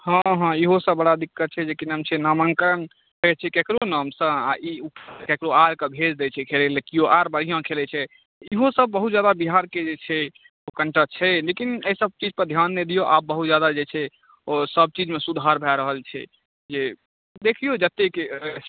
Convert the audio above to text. हँ हँ ईहो सब बड़ा दिक्कत छै जे कि नाम छै नामाङ्कन रहैत छै केकरो नामसँ आ ई केकरो आरके भेज दै छै खेलैला केओ आर बढ़िआँ खेलैत छै ईहो सब बहुत जगह बिहारके जे छै ओ कनिटा छै लेकिन अइसब चीज पर ध्यान नै दियौ आब बहुत जादा जे छै ओ सबचीजमे सुधार भए रहल छै जे देखियौ जते